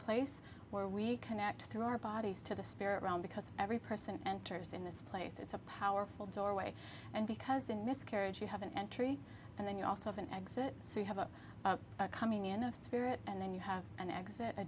place where we connect through our bodies to the spirit around because every person enters in this place it's a powerful doorway and because in miscarriage you have an entry and then you also have an exit so you have a coming in of spirit and then you have an exit a